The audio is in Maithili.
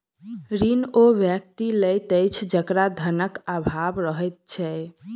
ऋण ओ व्यक्ति लैत अछि जकरा धनक आभाव रहैत छै